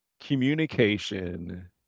communication